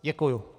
Děkuju.